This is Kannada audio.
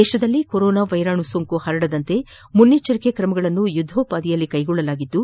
ದೇಶದಲ್ಲಿ ಕೊರೋನಾ ವೈರಾಣು ಸೋಂಕು ಪರಡದಂತೆ ಮುನ್ನೆಚ್ಚರಿಕೆ ತ್ರಮಗಳನ್ನು ಯುದ್ದೋಪಾದಿಯಲ್ಲಿ ಕೈಗೊಳ್ಳಲಾಗಿದ್ದು